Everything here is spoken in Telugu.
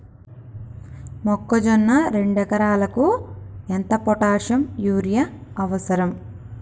మొక్కజొన్న రెండు ఎకరాలకు ఎంత పొటాషియం యూరియా అవసరం?